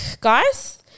guys